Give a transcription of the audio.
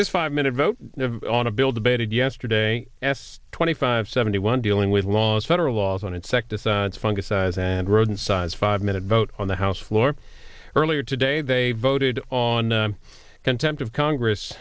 this five minute vote on a bill debated yesterday f s twenty five seventy one dealing with laws federal laws on insecticides fungicides and roadside five minute vote on the house floor earlier today they voted on contempt of congress